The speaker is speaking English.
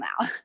now